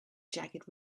jagged